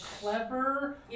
clever